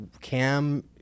cam